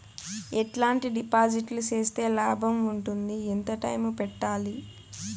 ఎట్లాంటి డిపాజిట్లు సేస్తే లాభం ఉంటుంది? ఎంత టైము పెట్టాలి?